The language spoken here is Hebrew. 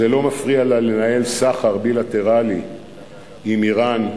זה לא מפריע לה לנהל סחר בילטרלי עם אירן,